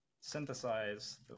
synthesize